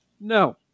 no